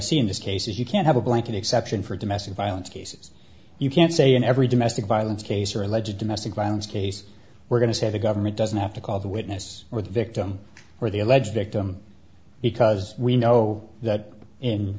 see in this case is you can't have a blanket exception for domestic violence cases you can't say in every domestic violence case or alleged domestic violence case we're going to say the government doesn't have to call the witness or the victim or the alleged victim because we know that in